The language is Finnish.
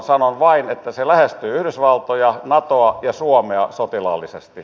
sanon vain että se lähestyy yhdysvaltoja natoa ja suomea sotilaallisesti